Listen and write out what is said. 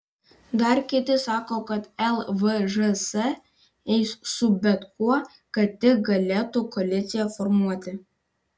dar kiti sako kad lvžs eis su bet kuo kad tik galėtų koaliciją formuoti